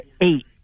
eight